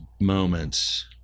moments